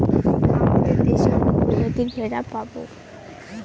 আমাদের দেশে অনেক প্রজাতির ভেড়া পাবে